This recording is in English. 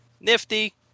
Nifty